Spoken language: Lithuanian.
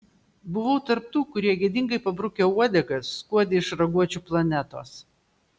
buvau tarp tų kurie gėdingai pabrukę uodegas skuodė iš raguočių planetos